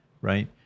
right